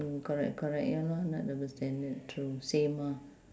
mm correct correct ya lor not double standard true same ah